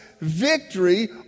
victory